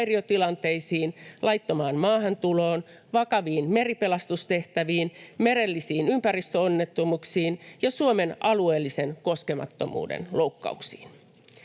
laittomaan maahantuloon, vakaviin meripelastustehtäviin, merellisiin ympäristöonnettomuuksiin ja Suomen alueellisen koskemattomuuden loukkauksiin.